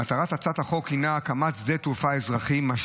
מטרת הצעת החוק היא הקמת שדה תעופה אזרחי בנבטים,